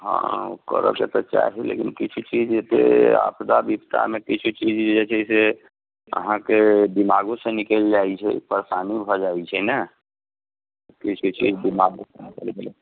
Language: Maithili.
हँ करऽके तऽ चाही लेकिन किछु चीज जे आपदा विपदामे किछु चीज जे छै से अहाँकेँ दिमागोसँ निकलि जाइत छै परेशानी भऽ जाइत छै ने ओहि से दिमागोसँ निकलि गेलै